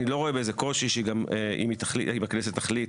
אני גם לא רואה בזה קושי אם הכנסת תחליט